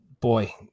Boy